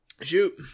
Shoot